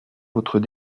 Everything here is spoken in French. votre